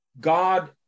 God